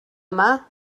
yma